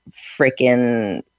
freaking